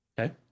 Okay